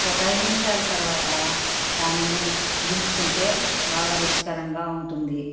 ఒక ఐదు నిమిషాల తర్వాత దాన్ని దింపుకుంటే బాగా రుచికరంగా ఉంటుంది